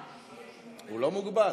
אבל, הוא לא מוגבל.